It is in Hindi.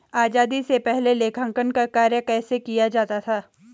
आजादी से पहले लेखांकन का कार्य कैसे किया जाता था?